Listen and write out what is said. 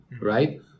right